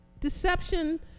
Deception